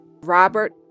Robert